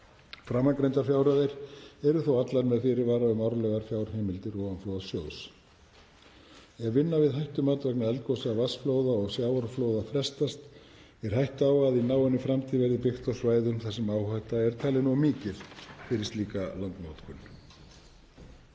Framangreindar fjárhæðir eru þó allar með fyrirvara um árlegar fjárheimildir ofanflóðasjóðs. Ef vinna við hættumat vegna eldgosa, vatnsflóða og sjávarflóða frestast er hætta á að í náinni framtíð verði byggt á svæðum þar sem áhætta er talin of mikil fyrir slíka landnotkun.